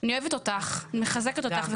אני אוהבת אותך ואני מחזקת אותך,